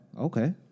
okay